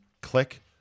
click